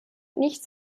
nichts